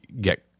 get